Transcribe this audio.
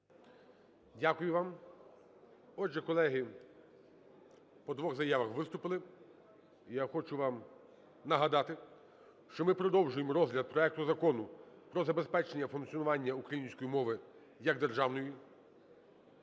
Дякую вам. Отже, колеги, по двох заявах виступили. І я хочу вам нагадати, що ми продовжуємо розгляд проекту Закону про забезпечення функціонування української мови як державної.